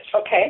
Okay